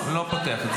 אני לא פותח את זה.